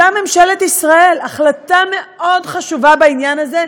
ממשלת ישראל קיבלה החלטה מאוד חשובה בעניין הזה.